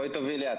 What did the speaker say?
בואי תובילי את.